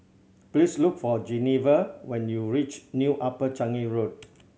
please look for Geneva when you reach New Upper Changi Road